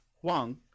Huang